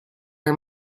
are